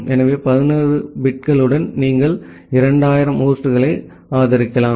எனவே 11 பிட்களுடன் நீங்கள் 2000 ஹோஸ்ட்களை ஆதரிக்கலாம்